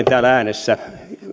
täällä äänessä